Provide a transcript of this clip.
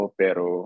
pero